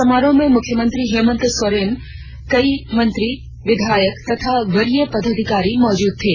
समारोह में मुख्यमंत्री हेमन्त सोरेन कई मंत्री और विधायक तथा वरीय पदाधिकारी मौजूद थे